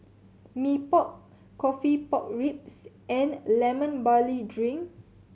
Mee Pok coffee pork ribs and Lemon Barley Drink